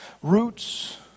Roots